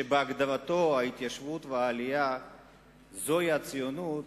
שבהגדרתו ההתיישבות והעלייה הן הציונות.